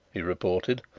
he reported,